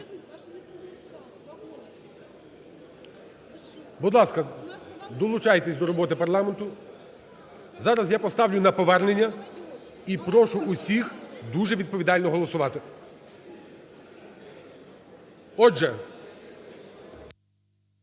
Будь ласка, долучайтесь до роботи парламенту. Зараз я поставлю на повернення і прошу усіх дуже відповідально голосувати. Отже...